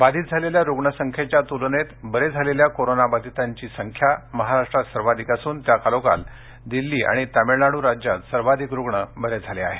बाधित झालेल्या रुग्णसंख्येच्या तुलनेत बरे झालेल्या कोरोना बाधितांची संख्या महाराष्ट्रात सर्वाधिक असून त्याखालोखाल दिल्ली आणि तमिळनाडू राज्यात सर्वाधिक रुग्ण बरे झाले आहेत